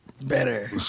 better